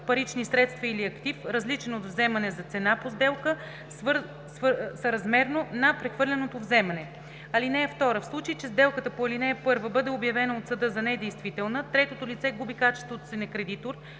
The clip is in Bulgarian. парични средства или актив, различен от вземане за цена по сделка, съразмерно на прехвърленото вземане. (2) В случай че сделката по ал. 1 бъде обявена от съда за недействителна, третото лице губи качеството си на кредитор